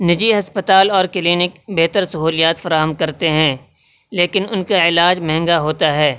نجی ہسپتال اور کلینک بہتر سہولیات فراہم کرتے ہیں لیکن ان کا علاج مہنگا ہوتا ہے